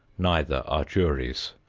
neither are juries.